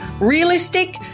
Realistic